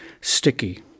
sticky